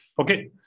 okay